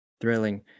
Thrilling